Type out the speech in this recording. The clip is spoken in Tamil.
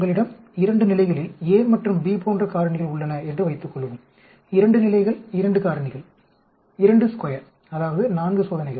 உங்களிடம் 2 நிலைகளில் a மற்றும் b போன்ற 2 காரணிகள் உள்ளன என்று வைத்துக்கொள்வோம் 2 நிலைகள் 2 காரணிகள் 22 அதாவது 4 சோதனைகள்